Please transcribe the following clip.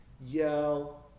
yell